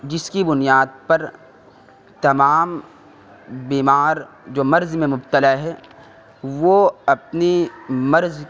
جس کی بنیاد پر تمام بیمار جو مرض میں مبتلا ہے وہ اپنی مرض